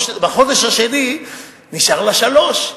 בחודש השני נשארו לה שלוש,